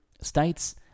states